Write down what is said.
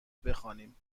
بخوانیم